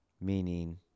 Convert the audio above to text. Meaning